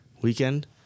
weekend